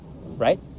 Right